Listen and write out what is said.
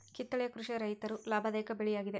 ಕಿತ್ತಳೆ ಕೃಷಿಯ ರೈತರು ಲಾಭದಾಯಕ ಬೆಳೆ ಯಾಗಿದೆ